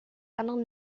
anderen